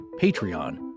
Patreon